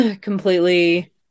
completely